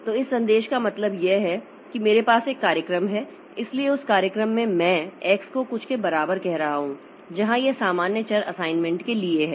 तो इस संदेश का मतलब यह है कि मेरे पास एक कार्यक्रम है इसलिए उस कार्यक्रम में मैं x को कुछ के बराबर कह रहा हूं जहां यह सामान्य चर असाइनमेंट के लिए है